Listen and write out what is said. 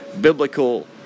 biblical